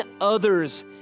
others